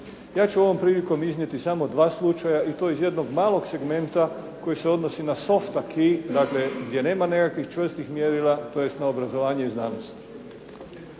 Ja ću ovom prilikom iznijeti samo dva slučaja i to iz jednog malog segmenta koji se odnosi na soft aquis dakle gdje nema nekakvih čvrstih mjerila, tj. na obrazovanje i znanost.